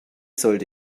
sollte